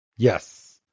Yes